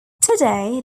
today